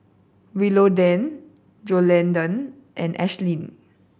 Willodean Joellen and Ashtyn